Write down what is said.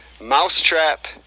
Mousetrap